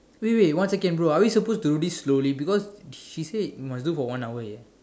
wait wait one second bro are we supposed to do this slowly because she say we must do for one hour leh